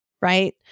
right